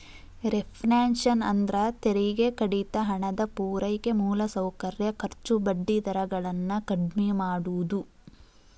reflation ಅಂದ್ರ ತೆರಿಗೆ ಕಡಿತ ಹಣದ ಪೂರೈಕೆ ಮೂಲಸೌಕರ್ಯ ಖರ್ಚು ಬಡ್ಡಿ ದರ ಗಳನ್ನ ಕಡ್ಮಿ ಮಾಡುದು